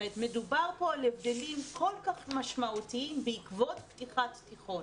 מדובר פה על הבדלים כל כך משמעותיים בעקבות פתיחת תיכון.